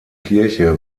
kirche